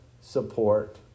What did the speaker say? support